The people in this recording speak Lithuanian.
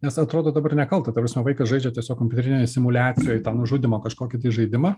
nes atrodo dabar nekalta ta prasme vaikas žaidžia tiesiog kompiuterinėj simuliacijoj tą nužudymo kažkokį tai žaidimą